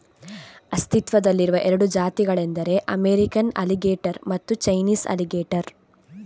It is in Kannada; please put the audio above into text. ಅಸ್ತಿತ್ವದಲ್ಲಿರುವ ಎರಡು ಜಾತಿಗಳೆಂದರೆ ಅಮೇರಿಕನ್ ಅಲಿಗೇಟರ್ ಮತ್ತೆ ಚೈನೀಸ್ ಅಲಿಗೇಟರ್